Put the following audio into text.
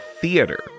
Theater